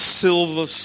silver